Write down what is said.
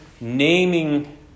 naming